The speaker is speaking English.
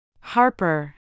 Harper